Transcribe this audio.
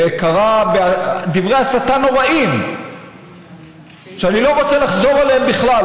וקרא דברי הסתה נוראיים שאני לא רוצה לחזור עליהם בכלל,